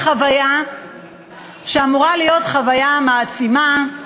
להשתתף בחוויה שאמורה להיות חוויה מעצימה,